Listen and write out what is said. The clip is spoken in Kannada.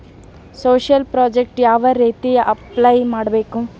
ಸೋಶಿಯಲ್ ಪ್ರಾಜೆಕ್ಟ್ ಯಾವ ರೇತಿ ಅಪ್ಲೈ ಮಾಡಬೇಕು?